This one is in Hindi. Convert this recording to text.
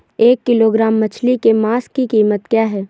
एक किलोग्राम मछली के मांस की कीमत क्या है?